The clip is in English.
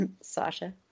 sasha